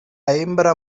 hembra